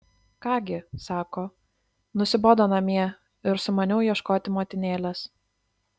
ką gi sako nusibodo namie ir sumaniau ieškoti motinėlės